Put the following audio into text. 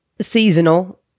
seasonal